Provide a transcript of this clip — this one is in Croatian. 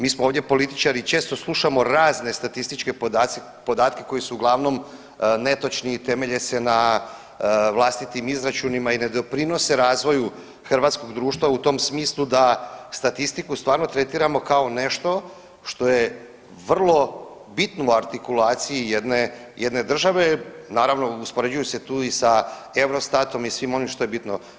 Mi smo ovdje političari i često slušamo razne statističke podatke koji su uglavnom netočni i temelje se na vlastitim izračunima i ne doprinose razvoju hrvatskog društva u tom smislu da statistiku stvarno tretiramo kao nešto što je vrlo bitno u artikulaciji jedne, jedne države naravno uspoređuju se tu i sa Eurostatom i svim onim što je bitno.